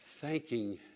Thanking